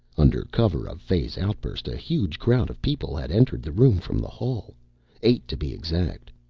under cover of fay's outburst a huge crowd of people had entered the room from the hall eight, to be exact.